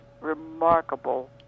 remarkable